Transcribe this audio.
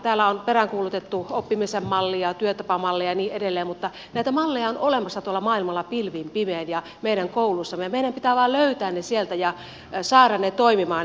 täällä on peräänkuulutettu oppimisen mallia työtapamallia ja niin edelleen mutta näitä malleja on olemassa tuolla maailmalla ja meidän kouluissamme pilvin pimein ja meidän pitää vain löytää ne sieltä ja saada ne toimimaan